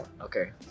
okay